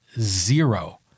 zero